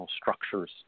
structures